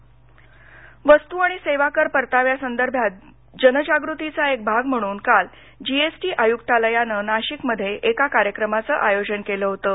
नाशिक वस्तू आणि सेवा कर परताव्या संदर्भात जनजागृतीचा एक भाग म्हणून काल जीएसटी आयुक्तालयानं नाशिकमध्ये एका कार्यक्रमाचं आयोजन केलं होतं